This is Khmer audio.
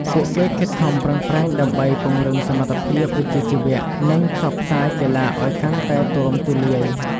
ពួកគេខិតខំប្រឹងប្រែងដើម្បី ពង្រឹងសមត្ថភាពវិជ្ជាជីវៈ និងផ្សព្វផ្សាយកីឡាឲ្យកាន់តែទូលំទូលាយ។